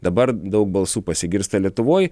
dabar daug balsų pasigirsta lietuvoj